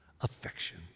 Affection